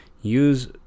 use